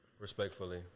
respectfully